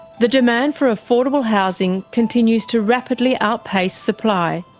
the demand for affordable housing continues to rapidly outpace supply.